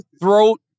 throat